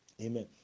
amen